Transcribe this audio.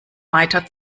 weiter